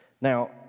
Now